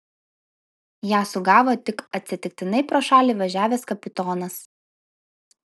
ją sugavo tik atsitiktinai pro šalį važiavęs kapitonas